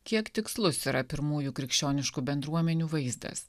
kiek tikslus yra pirmųjų krikščioniškų bendruomenių vaizdas